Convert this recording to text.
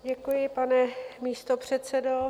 Děkuji, pane místopředsedo.